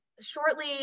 shortly